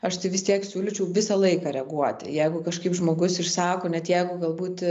aš tai vis tiek siūlyčiau visą laiką reaguoti jeigu kažkaip žmogus išsako net jeigu galbūt